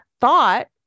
thought